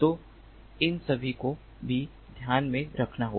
तो इन सभी को भी ध्यान में रखना होगा